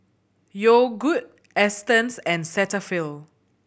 Yogood Astons and Cetaphil